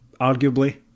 arguably